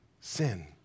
sin